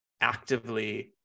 actively